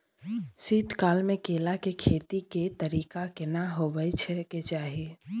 शीत काल म केला के खेती के तरीका केना होबय के चाही?